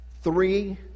three